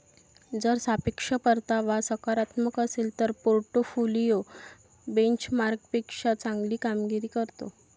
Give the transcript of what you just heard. जर सापेक्ष परतावा सकारात्मक असेल तर पोर्टफोलिओ बेंचमार्कपेक्षा चांगली कामगिरी करतो